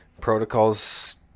protocols